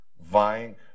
vying